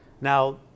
now